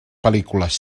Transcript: pel·lícules